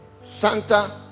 santa